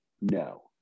No